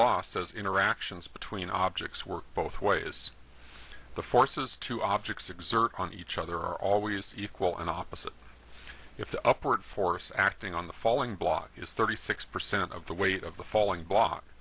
says interactions between objects work both ways the forces two objects exert on each other are always equal and opposite if the upward force acting on the falling block is thirty six percent of the weight of the falling block